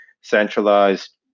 centralized